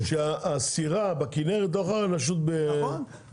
צריך להבין שהסירה בכנרת לא יכולה לשוט בים.